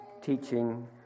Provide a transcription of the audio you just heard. teaching